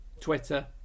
twitter